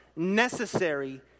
Necessary